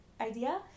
idea